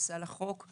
שנכנסה לחוק.